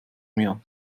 mir